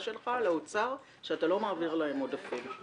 לאוצר שאתה לא מעביר להם עודפים.